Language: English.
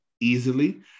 easily –